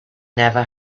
never